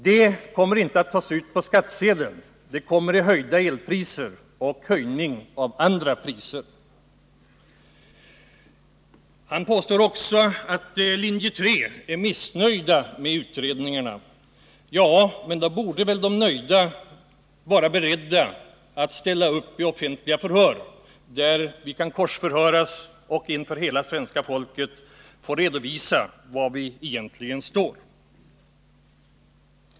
Detta kommer inte att tas ut på skattsedeln utan genom en höjning av elpriserna och andra priser. Lennart Blom påstår också att anhängarna av linje 3 är missnöjda med utredningarna. Ja, men då borde väl de nöjda vara beredda att ställa upp vid offentliga förhör där vi kan korsförhöras, så att det inför hela svenska folket redovisas var vi egentligen står.